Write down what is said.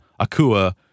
Akua